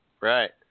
Right